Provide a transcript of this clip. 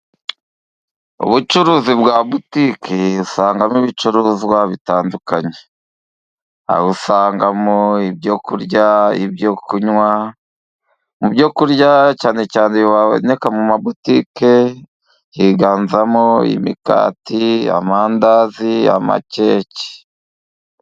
Ubucuruzi bwa butike usangamo ibicuruzwa bitandukanye, aho usangamo ibyo kurya, ibyo kunywa, mu byo kurya cyane cyane biboneka mu mabutike higanzamo imigati, amandazi, amakeke.